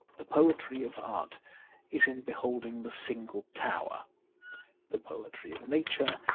the poetry of art is in beholding the single tower the poetry of nature,